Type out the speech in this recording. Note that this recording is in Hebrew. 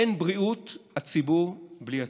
אין בריאות הציבור בלי הציבור.